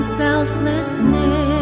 selflessness